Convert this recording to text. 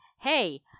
hey